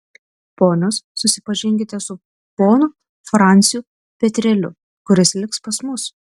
ponios susipažinkite su ponu franciu petreliu kuris liks pas mus